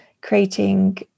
creating